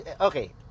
okay